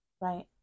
right